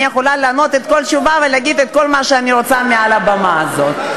אני יכולה לענות כל תשובה ולהגיד כל מה שאני רוצה מעל הבמה הזאת.